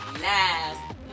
last